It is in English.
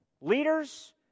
leaders